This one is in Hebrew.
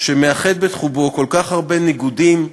מאחד בחובו כל כך הרבה ניגודים ושונות,